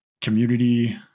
community